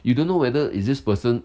you don't know whether is this person